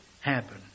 happen